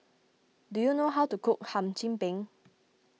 do you know how to cook Hum Chim Peng